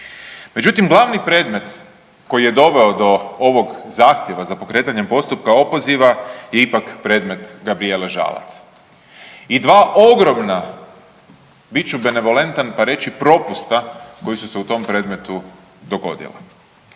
Međutim, glavni predmet koji je doveo do ovog zahtjeva za pokretanjem postupka opoziva je ipak predmet Gabrijele Žalac. I dva ogromna, biću benevolentan pa reći propusta koji su se u tom predmetu dogodila.